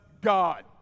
God